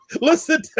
Listen